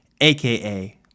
aka